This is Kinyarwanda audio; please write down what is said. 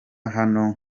hano